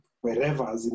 wherever